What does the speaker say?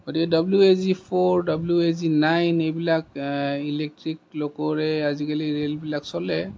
গতিকে W A G four W A G nine এইবিলাক electric লক'ৰে আজিকালি ৰেলবিলাক চলে